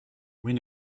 when